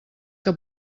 que